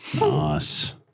Nice